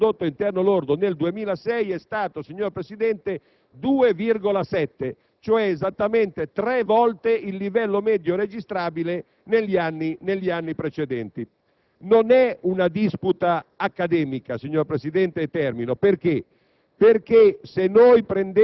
0,9-1-1,1; il livello di elasticità delle entrate al prodotto interno lordo del 2006 è stato pari, signor Presidente, a 2,7, cioè esattamente tre volte il livello medio registrabile negli anni precedenti.